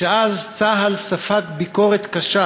שאז צה"ל ספג ביקורת קשה